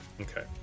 Okay